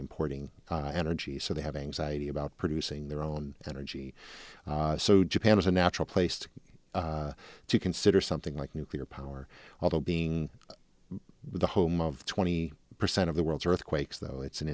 importing energy so they have anxiety about producing their own energy so japan is a natural place to to consider something like nuclear power although being the home of twenty percent of the world's earthquakes though it's an